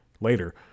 later